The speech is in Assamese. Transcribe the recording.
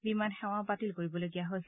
বিমান সেৱাও বাতিল কৰিবলগীয়া হৈছে